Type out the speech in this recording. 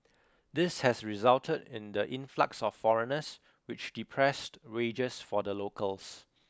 this has resulted in the influx of foreigners which depressed wages for the locals